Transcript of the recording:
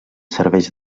serveix